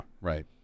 right